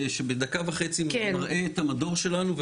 שבדקה וחצי מראה את המדור שלנו,